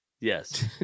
Yes